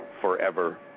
forever